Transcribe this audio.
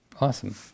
Awesome